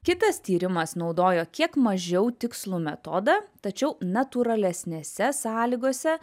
kitas tyrimas naudojo kiek mažiau tikslų metodą tačiau natūralesnėse sąlygose